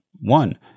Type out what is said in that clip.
one